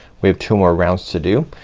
we have two more rounds to do.